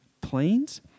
planes